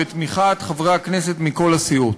בתמיכת חברי הכנסת מכל הסיעות.